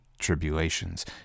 tribulations